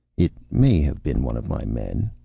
it may have been one of my men,